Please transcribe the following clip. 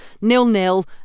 Nil-nil